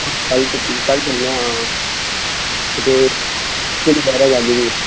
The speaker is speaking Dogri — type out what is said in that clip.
कल छुट्टी ऐ कल चलने आं ते केह्ड़ी बारा खंदी फ्ही